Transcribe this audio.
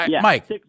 Mike